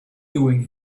doing